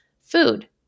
food